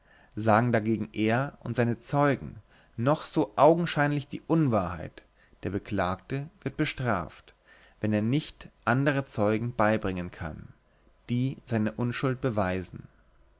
sagen dagegen er und seine zeugen noch so augenscheinlich die unwahrheit der beklagte wird bestraft wenn er nicht andere zeugen beibringen kann die seine unschuld beweisen